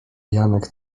janek